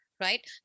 Right